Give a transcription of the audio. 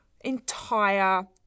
entire